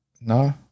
No